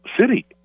city